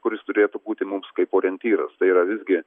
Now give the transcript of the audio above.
kuris turėtų būti mums kaip orientyras tai yra visgi